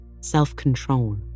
self-control